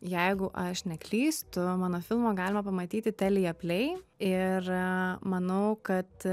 jeigu aš neklystu mano filmą galima pamatyti telija plei ir manau kad